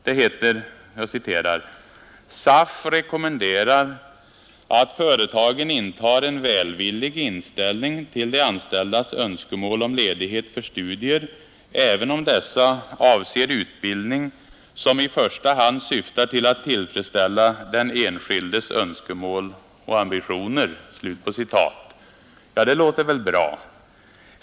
Det heter: ”Företagen bör inta en välvillig inställning till de anställdas önskemål om ledighet för studier, även om dessa avser utbildning som i första hand syftar till att tillfredsställa den enskildes önskemål och ambitioner.” Det låter väl bra?